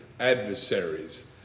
adversaries